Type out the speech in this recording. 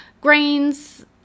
grains